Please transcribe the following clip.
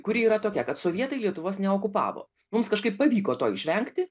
kuri yra tokia kad sovietai lietuvos neokupavo mums kažkaip pavyko to išvengti